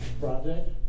Project